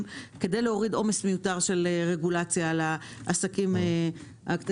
כדי להוריד עומס מיותר של הרגולציה על העסקים הקטנים.